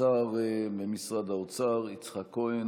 השר במשרד האוצר יצחק כהן.